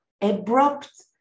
abrupt